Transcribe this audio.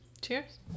Cheers